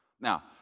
Now